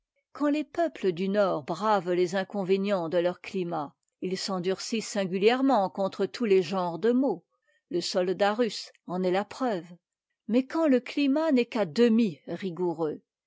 quand les peuples du nord bravent les inconvénients de leur climat ils s'endurcissent singulièrement contre tous les genres de maux le soldat russe en est la preuve mais quand le climat n'est qu'à demi rigoureux